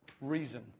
reason